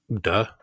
duh